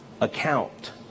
account